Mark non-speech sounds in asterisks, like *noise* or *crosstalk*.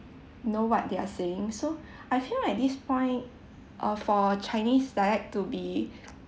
know what they’re saying so *breath* I feel like this point uh for chinese dialect to be *breath*